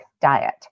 diet